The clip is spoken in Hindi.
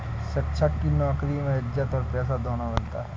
शिक्षक की नौकरी में इज्जत और पैसा दोनों मिलता है